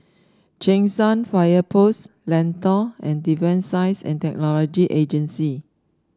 Cheng San Fire Post Lentor and Defence Science and Technology Agency